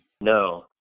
No